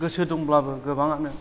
गोसो दंब्लाबो गोबाङानो